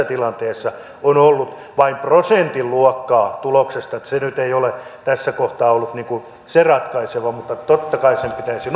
tilanteessa on ollut vain prosentin luokkaa tuloksesta että se nyt ei ole tässä kohtaa ollut se ratkaiseva tekijä mutta totta kai sen pitäisi